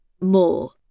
more